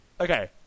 Okay